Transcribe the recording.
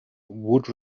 would